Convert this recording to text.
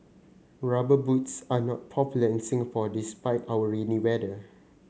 rubber boots are not popular in Singapore despite our rainy weather